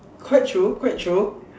quite true quite true